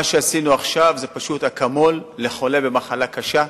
מה שעשינו עכשיו זה פשוט אקמול לחולה במחלה קשה,